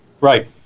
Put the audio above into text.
Right